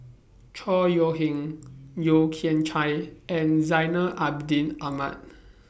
Chor Yeok Eng Yeo Kian Chai and Zainal Abidin Ahmad